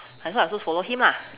I also I also follow him lah